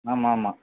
ஆமாம் ஆமாம்